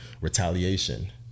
retaliation